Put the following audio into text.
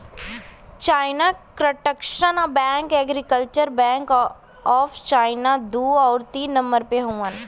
China construction bank, agriculture bank of China दू आउर तीन नम्बर पे हउवन